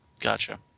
Gotcha